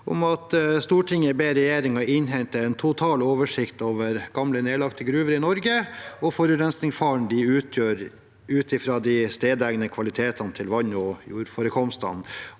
«Stortinget ber regjeringen innhente en total oversikt over gamle nedlagte gruver i Norge og forurensningsfaren de utgjør ut ifra de stedegne kvalitetene til vann- og jordforekomstene,